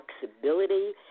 flexibility